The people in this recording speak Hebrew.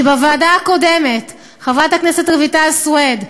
שבוועדה הקודמת חברת הכנסת רויטל סויד,